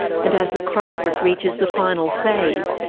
and as the crisis reaches the final phase,